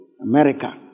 America